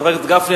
חבר הכנסת גפני,